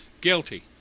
guilty